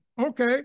Okay